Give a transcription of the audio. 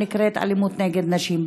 שנקראת אלימות נגד נשים.